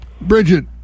Bridget